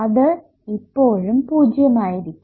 അത് ഇപ്പോഴും 0 ആയിരിക്കും